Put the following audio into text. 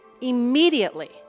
Immediately